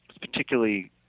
particularly